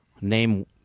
name